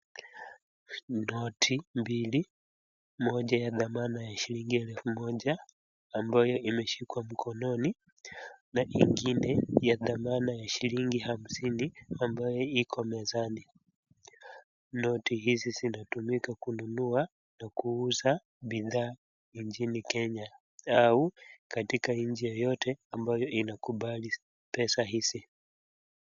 Noti mbili, moja ya dhamana ya shilingi elfu moja ambayo imeshikwa mkononi na ingine ya dhamana ya shilingi hamsini ambayo iko mezani. Noti hizi zinatumika kununua na kuuza bidhaa nchini Kenya au katika nchi yoyote ambayo inakubali pesa hizi.